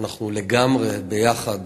שאנחנו לגמרי ביחד